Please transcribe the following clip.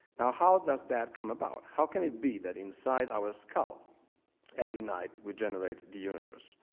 now how does that come about? how can it be that inside our skull every night we generate the universe?